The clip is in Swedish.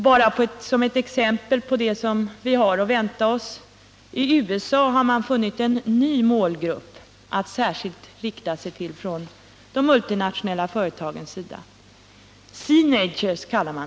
Bara såsom ett exempel på det vi har att vänta oss kan jag nämna att de multinationella företagen i USA har funnit en ny målgrupp att särskilt rikta sig till, nämligen ”seenagers”.